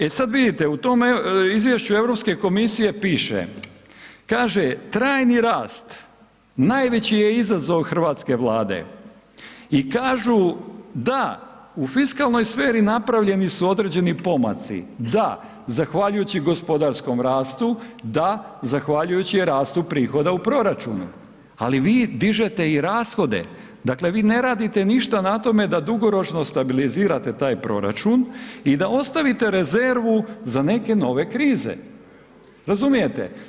E sad vidite, u tome izvješću Europske komisije piše, kaže, trajni rast najveći je izazov hrvatske Vlade i kažu, da, u fiskalnoj sferi napravljeni su određeni pomaci, da, zahvaljujući gospodarskom rastu, da, zahvaljujući rastu prihoda u proračunu, ali vi dižete i rashode, dakle, vi ne radite ništa na tome da dugoročno stabilizirate taj proračun i da ostavite rezervu za neke nove krize, razumijete?